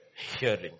Hearing